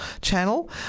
Channel